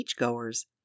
beachgoers